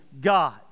God